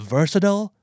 Versatile